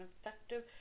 effective